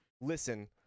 Listen